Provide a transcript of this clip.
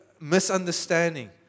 misunderstanding